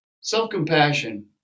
Self-compassion